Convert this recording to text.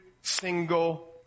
single